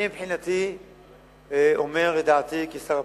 אני מבחינתי אומר את דעתי, כשר הפנים,